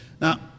Now